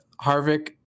Harvick